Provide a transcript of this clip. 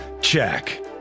check